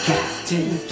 Captain